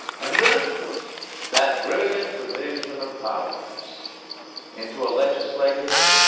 and then that brilliant division of powers into a legislative,